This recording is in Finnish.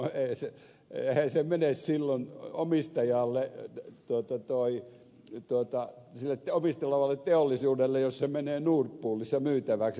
eihän se mene silloin omistajalle tuotanto oy tuottaa sille todistella omistavalle teollisuudelle jos se menee nord poolissa myytäväksi